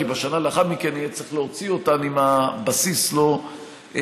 כי בשנה לאחר מכן יהיה צריך להוציא אותן אם הבסיס לא יורחב.